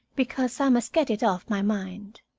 because i must get it off my mind.